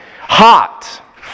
Hot